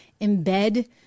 embed